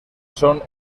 són